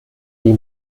die